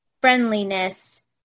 friendliness